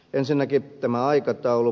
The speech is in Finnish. ensinnäkin tämä aikataulu